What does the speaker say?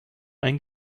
ein